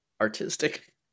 artistic